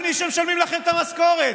על מי שמשלמים לכם את המשכורת.